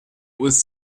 was